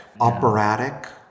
operatic